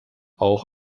auch